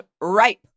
ripe